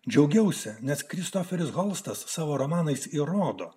džiaugiausi nes kristoferis holstas savo romanais įrodo